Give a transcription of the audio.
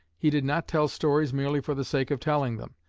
he did not tell stories merely for the sake of telling them,